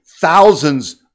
thousands